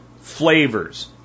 flavors